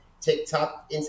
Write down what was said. TikTok